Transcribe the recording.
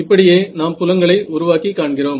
இப்படியே நாம் புலங்களை உருவாக்கி காண்கிறோம்